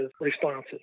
responses